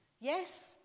yes